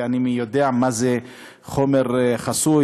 ואני יודע מה זה חומר חסוי,